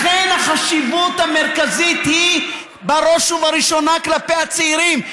לכן החשיבות המרכזית היא בראש ובראשונה כלפי הצעירים,